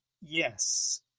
yes